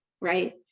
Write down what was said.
right